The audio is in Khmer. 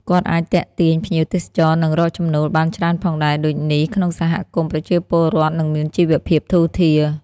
គាត់អាចទាក់ទាញភ្ញៀវទសចរណ៍នឹងរកចំណូលបានច្រើនផងដែរ ដូចនេះក្នងសហគមន៍ប្រជាពលរដ្ឋនឹងមានជីវភាពធូរធារ។